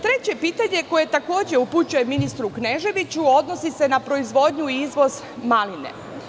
Treće pitanje, koje takođe upućujem ministru Kneževiću, odnosi se na proizvodnju i izvoz maline.